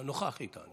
אה, נוכח איתנו.